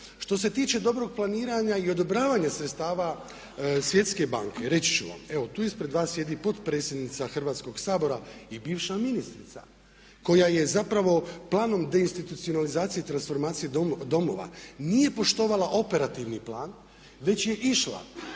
Što se tiče dobrog planiranja i odobravanja sredstava Svjetske banke, reći ću vam, evo tu ispred vas sjedi potpredsjednica Hrvatskog sabora i bivša ministrica koja je zapravo planom de institucionalizacije i transformacije domova nije poštovala operativni plan već je išla